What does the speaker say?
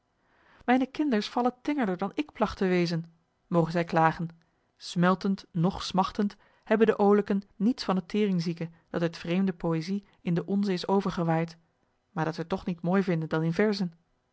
mijne kinders vallen tengerder dan ik plagt te wezen moge zij klagen smeltend noch smachtend hebben de oolijken niets van het teringzieke dat uit vreemde poëzij in de onze is overgewaaid maar dat wij toch niet mooi vinden dan in verzen